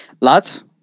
Lads